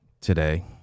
today